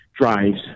drives